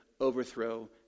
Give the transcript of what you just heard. overthrow